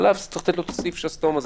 ועליו צריך לתת את סעיף שסתום הזה.